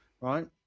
right